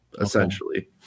essentially